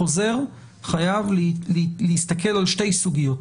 החוזר חייב להסתכל על שתי סוגיות,